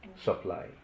supply